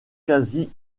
quasi